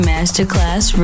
Masterclass